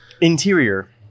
interior